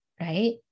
right